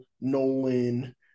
Nolan